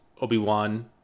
Obi-Wan